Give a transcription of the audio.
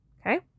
Okay